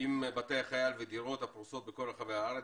עם בתי החייל ודירות הפרוסות בכל רחבי הארץ